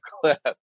clip